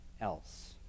else